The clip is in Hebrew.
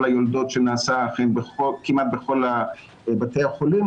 היולדות שנעשה אכן כמעט בכל בתי החולים,